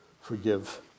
Forgive